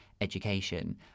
education